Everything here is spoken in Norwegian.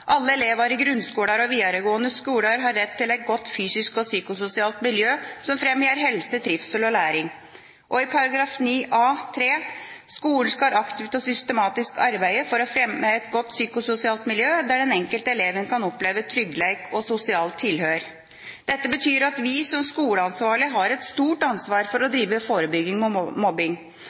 elevar i grunnskolar og vidaregåande skolar har rett til eit godt fysisk og psykososialt miljø som fremjar helse, trivsel og læring.» Og i § 9a-3 står det: «Skolen skal aktivt og systematisk arbeide for å fremje eit godt psykososialt miljø, der den enkelte eleven kan oppleve tryggleik og sosialt tilhør.» Dette betyr at vi som skoleansvarlige har et stort ansvar for å drive forebygging mot mobbing,